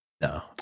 No